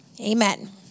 Amen